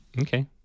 Okay